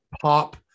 pop